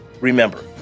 Remember